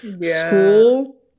school